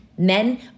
Men